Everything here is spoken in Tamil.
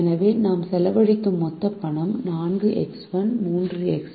எனவே நாம் செலவழிக்கும் மொத்த பணம் 4X1 3X2 2X3 1